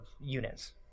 units